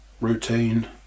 routine